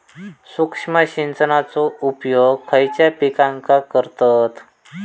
सूक्ष्म सिंचनाचो उपयोग खयच्या पिकांका करतत?